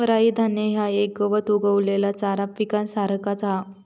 राई धान्य ह्या एक गवत उगवलेल्या चारा पिकासारख्याच हा